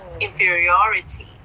inferiority